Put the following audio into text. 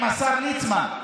עם השר ליצמן,